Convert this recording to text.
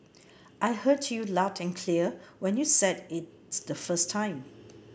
I heard you loud and clear when you said it the first time